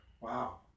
Wow